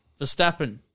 Verstappen